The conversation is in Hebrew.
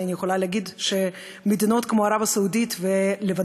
אני יכולה להגיד שמדינות כמו ערב-הסעודית ולבנון,